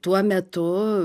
tuo metu